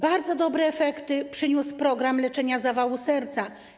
Bardzo dobre efekty przyniósł program leczenia zawału serca.